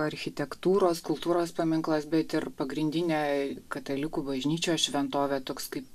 architektūros kultūros paminklas bet ir pagrindinė katalikų bažnyčios šventovė toks kaip